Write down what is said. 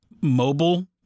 mobile